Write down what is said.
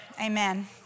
Amen